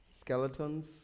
skeletons